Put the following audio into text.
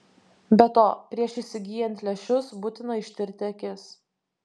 be to prieš įsigyjant lęšius būtina ištirti akis